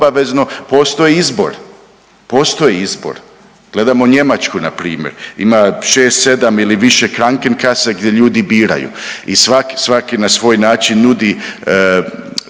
obavezno postoji izbor, postoji izbor. Gledamo Njemačku npr., ima 6-7 ili više Krankenkase gdje ljudi biraju i svaki, svaki na svoj način nudi